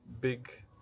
big